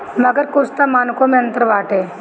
मगर कुछ तअ मानको मे अंतर बाटे